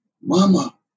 mama